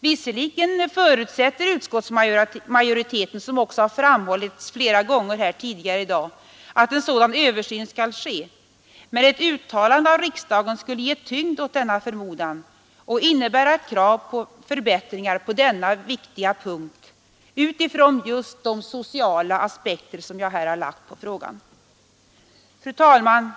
Visserligen förutsätter utskottsmajoriteten, såsom också framhållits flera gånger tidigare i dag, att en sådan översyn skall ske, men ett uttalande av riksdagen skulle ge tyngd åt denna förmodan och innebära krav på förbättringar på denna viktiga punkt utifrån de sociala aspekter som jag här har anlagt på frågan. Fru talman!